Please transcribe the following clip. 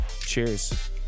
Cheers